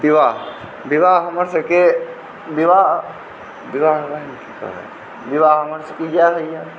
विवाह विवाह हमरसभके विवाह विवाह हम की कहब विवाह हमरसभके इएह होइए